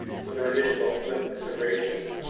so there are additional political considerations.